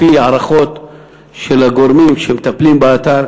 לפי הערכות של הגורמים שמטפלים באתר,